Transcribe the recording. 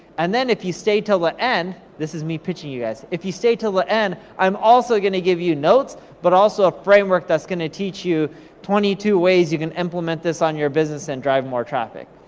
and then if you stay till the end, this is me pitching you guys, if you stay till the end, i'm also gonna give you notes, but also a framework that's gonna teach you twenty two ways you can implement this on your business, and drive more traffic.